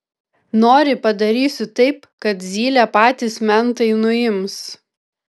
nori padarysiu taip kad zylę patys mentai nuims